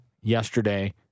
yesterday